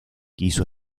quiso